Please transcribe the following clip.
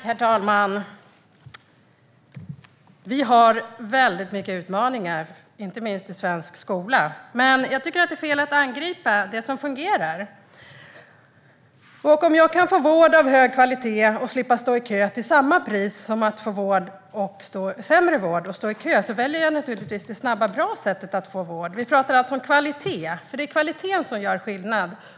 Herr talman! Vi har väldigt många utmaningar, inte minst i svensk skola. Men jag tycker att det är fel att angripa det som fungerar. Om jag kan få vård av hög kvalitet och slippa stå i kö till samma pris som jag kan få sämre vård och stå i kö för, då väljer jag naturligtvis det snabba, bra sättet att få vård. Vi talar alltså om kvalitet, eftersom det är kvaliteten som gör skillnad.